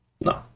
no